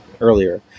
earlier